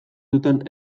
zuten